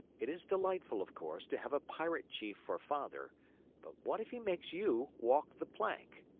it is delightful, of course, to have a pirate chief for father but what if he makes you walk the plank?